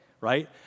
right